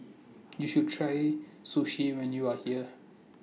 YOU should Try Sushi when YOU Are here